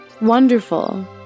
Wonderful